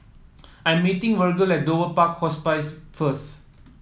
I'm meeting Virgle at Dover Park Hospice first